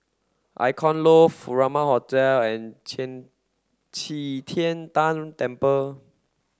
Icon Loft Furama Hotel and Qian Qi Tian Tan Temple